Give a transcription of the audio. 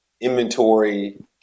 inventory